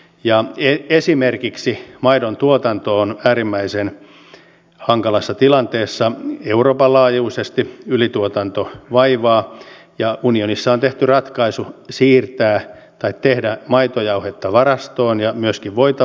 ja esimerkiksi maidontuotanto on äärimmäisen hankalassa tilanteessa euroopan laajuisesti ylituotanto vaivaa ja unionissa on tehty ratkaisu tehdä maitojauhetta varastoon ja myöskin voita varastoon